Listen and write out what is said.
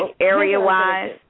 area-wise